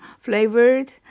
flavored